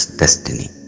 destiny